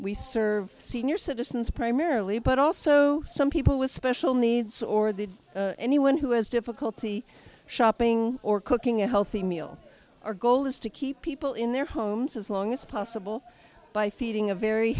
we serve senior citizens primarily but also some people with special needs or the anyone who has difficulty shopping or cooking a healthy meal our goal is to keep people in their homes as long as possible by feeding a very